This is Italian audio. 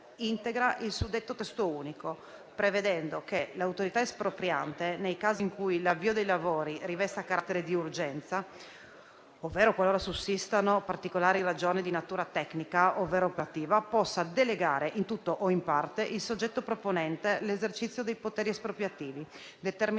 articolo, l'autorità espropriante, nei casi in cui l'avvio dei lavori rivesta carattere di urgenza ovvero qualora sussistano particolari ragioni di natura tecnica ovvero operativa, può delegare, in tutto o in parte, al soggetto proponente l'esercizio dei poteri espropriativi, determinando con